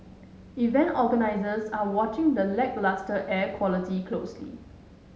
event organisers are watching the lacklustre air quality closely